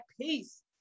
peace